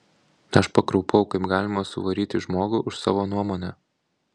aš pakraupau kaip galima suvaryti žmogų už savo nuomonę